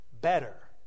better